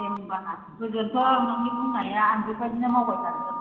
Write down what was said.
दे होमब्ला गोजोन्थों नोंनि बुंनाया आं बेबायदिनो मावबाय थागोन